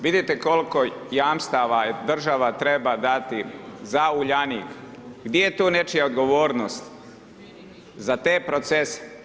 Vidite koliko jamstava država treba dati za Uljanik, gdje je tu nečija odgovornost za te procese?